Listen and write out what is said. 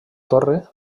torre